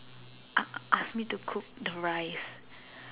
ask ask me to cook the rice